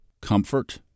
comfort